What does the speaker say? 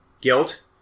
guilt